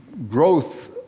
Growth